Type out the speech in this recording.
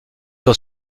sur